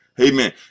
Amen